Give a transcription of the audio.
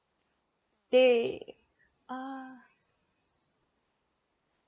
they uh